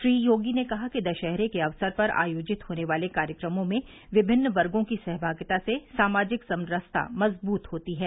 श्री योगी ने कहा कि दशहरे के अवसर पर आयोजित होने वाले कार्यक्रमों में विभिन्न वर्गो की सहभागिता से सामाजिक समरसता मज़बूत होती है